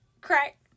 crack